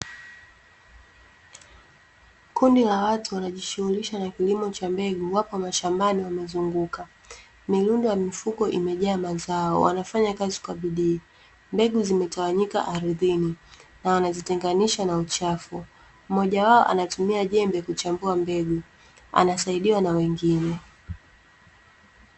Kundi la watu wanajishughulisha na kilimo cha mbegu wapo mashambani wamezunguka, mirundo ya mifuko imejaa mazao wanafanya kazi kwa bidii, mbegu zimetawanyika ardhini na wanazitenganisha na uchafu mmoja wao anatumia jembe kuchambua mbegu, anasaidiwa na wengine.